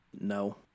no